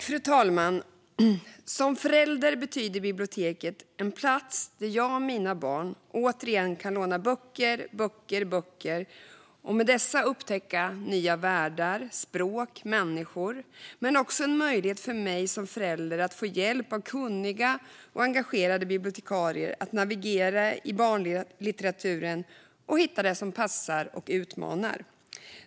Fru talman! "Som förälder betyder biblioteket en plats där jag och mina barn återigen kan låna böcker, böcker, böcker och med dessa upptäcka nya världar, språk, människor. Men också en möjlighet för mig som förälder att få hjälp av kunniga och engagerade bibliotekarier att navigera i barnlitteraturen och hitta det som passar, som utmanar."